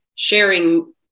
sharing